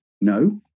No